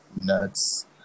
Nuts